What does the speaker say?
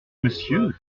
monsieur